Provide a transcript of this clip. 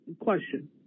question